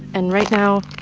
and right now